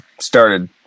started